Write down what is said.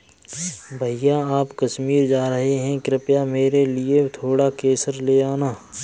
भैया आप कश्मीर जा रहे हैं कृपया मेरे लिए थोड़ा केसर ले आना